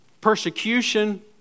persecution